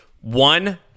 one